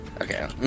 Okay